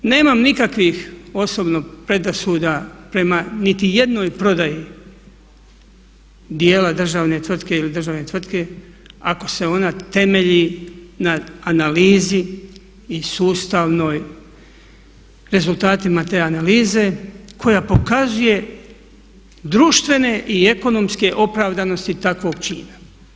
Nemam nikakvih osobno predrasuda prema niti jednoj prodaji dijela državne tvrtke ili državne tvrtke ako se ona temelji na analizi i sustavnoj rezultatima te analize koja pokazuje društvene i ekonomske opravdanosti takvog čina.